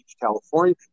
California